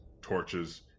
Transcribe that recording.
torches